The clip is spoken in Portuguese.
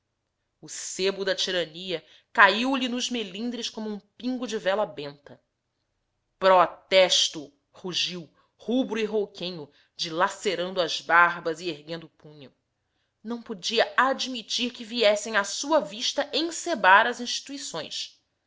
o sebo da tirania caiu-lhe nos melindres como um pingo de vela benta protesto rugiu rubro e rouquenho dilacerando as barbas e erguendo o punho não podia admitir que viessem à sua vista ensebar as instituições